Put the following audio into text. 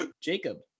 Jacob